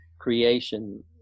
creation